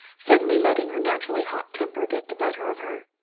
suddenly letting her naturally hot temper get the better of her.